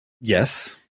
Yes